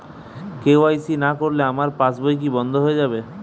KYC না করলে আমার পাশ বই কি বন্ধ হয়ে যাবে?